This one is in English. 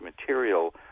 material